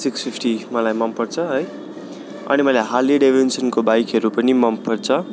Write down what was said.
six fifty मलाई मन पर्छ है अनि मलाई हार्ली डेभिड्सनको बाइकहरू पनि मन पर्छ